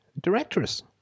directors